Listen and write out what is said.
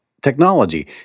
technology